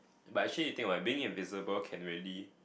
but she is think being invisible can already